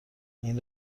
این